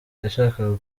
yashakaga